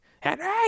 Henry